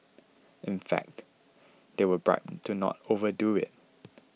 in fact they were bribed to not overdo it